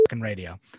radio